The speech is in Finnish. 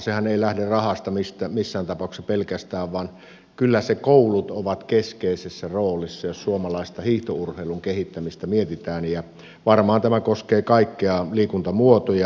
sehän ei lähde rahasta missään tapauksessa pelkästään vaan kyllä koulut ovat keskeisessä roolissa jos suomalaista hiihtourheilun kehittämistä mietitään ja varmaan tämä koskee kaikkia liikuntamuotoja